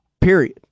Period